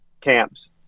camps